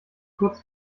kurz